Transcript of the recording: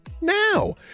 Now